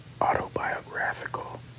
Autobiographical